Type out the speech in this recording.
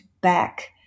back